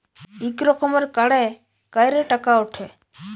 ইক রকমের কাড়ে ক্যইরে টাকা উঠে